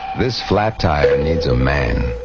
this flat tire needs a man.